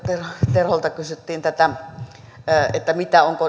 terholta kysyttiin tätä